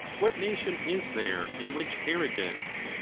what nation is there in which arrogance,